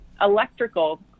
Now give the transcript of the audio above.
electrical